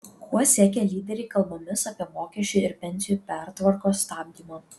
ko siekia lyderiai kalbomis apie mokesčių ir pensijų pertvarkos stabdymą